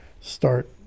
start